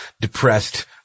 depressed